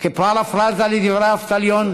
וכפרפראזה לדברי אבטליון,